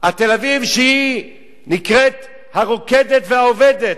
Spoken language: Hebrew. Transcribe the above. תל-אביב שנקראת הרוקדת והעובדת,